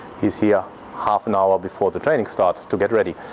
he's here half an hour before the training starts to get ready,